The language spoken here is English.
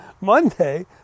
Monday